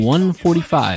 145